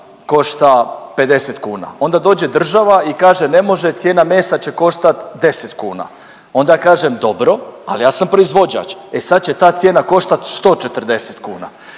košta 50 kuna. Onda dođe država i kaže ne može, cijena mesa će koštati 10 kuna. Onda ja kažem dobro, ali ja sam proizvođač. E sad će ta cijena koštati 140 kuna.